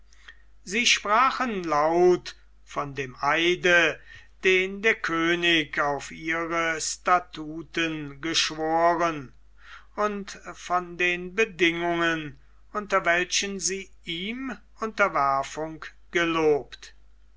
sie sprachen laut von dem eide den der könig auf ihre statuten geschworen und von den bedingungen unter welchen sie ihm unterwerfung gelobt